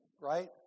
right